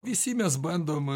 visi mes bandom